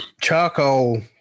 charcoal